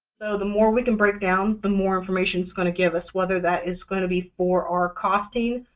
the more we can break down, the more information it's going to give us, whether that is going to be for our costing,